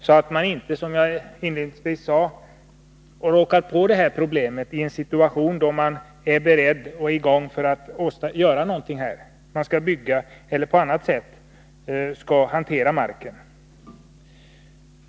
Som jag inledningsvis sade behövs en sådan här inventering för att man inte skall råka på problem i en situation där man är beredd att på något sätt hantera marken, t.ex. bygga på den.